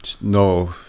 No